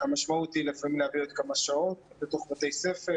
המשמעות היא לפעמים להעביר עוד כמה שעות בתוך בתי-הספר.